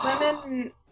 women